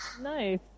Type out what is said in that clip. Nice